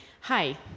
hi